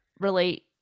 relate